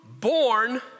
born